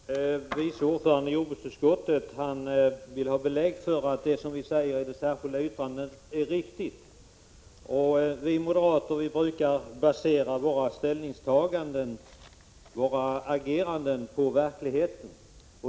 Herr talman! Vice ordföranden i jordbruksutskottet vill ha belägg för att det som vi säger i det särskilda yttrandet är riktigt. Vi moderater brukar basera våra ställningstaganden och vårt agerande på 81 verkligheten.